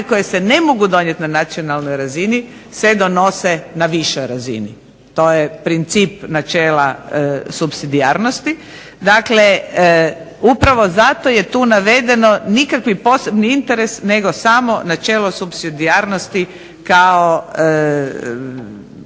koje se ne mogu donijeti na nacionalnoj razini se donose na višoj razini. To je princip načela supsidijarnosti. Dakle, upravo zato je tu navedeno nikakvi posebni interes nego samo načelo supsidijarnosti kao